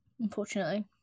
unfortunately